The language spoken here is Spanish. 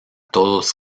todos